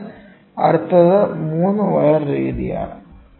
അതിനാൽ അടുത്തത് 3 വയർ രീതിയാണ്